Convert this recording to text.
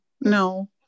No